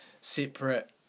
separate